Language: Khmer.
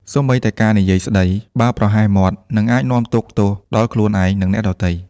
សូម្បីតែការនិយាយស្ដី បើប្រហែសមាត់ អាចនឹងនាំទុក្ខទោសដល់ខ្លួនឯង និងអ្នកដទៃ។